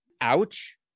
ouch